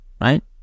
right